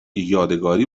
یادگاری